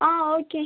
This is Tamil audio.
ஆ ஓகே